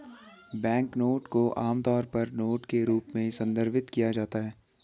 banknote को आमतौर पर नोट के रूप में संदर्भित किया जाता है